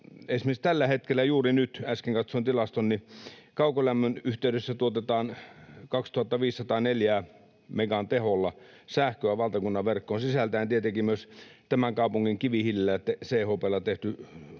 esimerkiksi tällä hetkellä, kun juuri nyt äsken katsoin tilaston, kaukolämmön yhteydessä 2 504 megan teholla sähköä valtakunnan verkkoon sisältäen tietenkin myös tämän kaupungin kivihiilellä, CHP:llä tehdyn